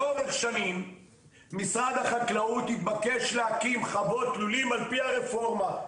לאורך שנים משרד החקלאות התבקש להקים חוות לולים על פי הרפורמה,